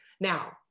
Now